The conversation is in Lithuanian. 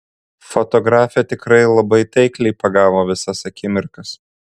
fotografė tikrai labai taikliai pagavo visas akimirkas